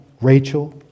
rachel